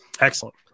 Excellent